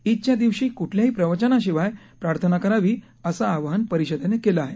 ईदच्या दिवशीही कुठल्याही प्रवचनाशिवाय प्रार्थना करावी असं आवाहन परिषदेनं केलं आहे